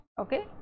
okay